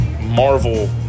Marvel